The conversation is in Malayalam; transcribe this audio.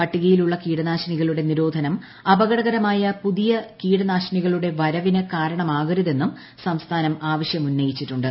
പട്ടികയിലുള്ള കീടനാശിനികളുടെ നിദ്ദ്രാധനം അപകടകരമായ പൂതിയ കീടനാശിനികളുടെ വർപ്പിനു കാരണമാകരുതെന്നും സംസ്ഥാനം ആവശ്യ മുന്നയിച്ചിട്ടൂണ്ട്